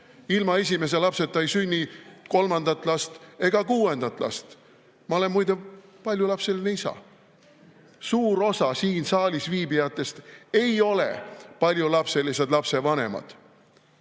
Ilma esimese lapseta ei sünni kolmandat last ega kuuendat last. Ma olen muide paljulapseline isa. Suur osa siin saalis viibijatest ei ole paljulapselised lapsevanemad.